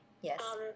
Yes